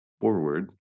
forward